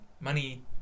money